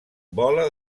vola